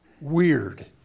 weird